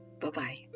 Bye-bye